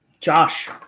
Josh